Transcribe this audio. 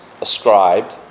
ascribed